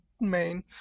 main